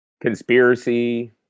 conspiracy